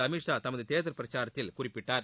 அமித் ஷா தமது தேர்தல் பிரச்சாரத்தில் குறிப்பிட்டார்